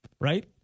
right